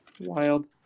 wild